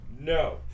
no